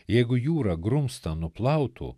jeigu jūra grumstą nuplautų